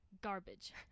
Garbage